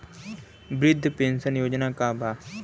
वृद्ध पेंशन योजना का बा?